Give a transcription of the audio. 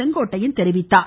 செங்கோட்டையன் தெரிவித்தார்